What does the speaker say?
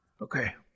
Okay